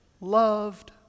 loved